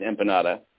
empanada